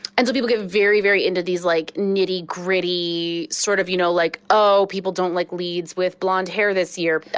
and some people get very, very into these like nitty-gritty sort of, you know like oh, people don't like leads with blonde hair this year.